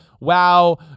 wow